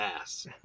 ass